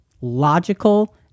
Logical